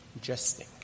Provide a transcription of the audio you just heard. jesting